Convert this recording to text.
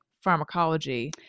pharmacology